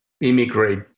immigrate